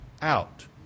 out